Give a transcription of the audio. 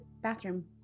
bathroom